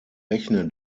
rechne